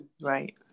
right